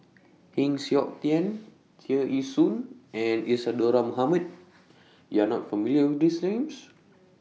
Heng Siok Tian Tear Ee Soon and Isadhora Mohamed YOU Are not familiar with These Names